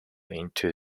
into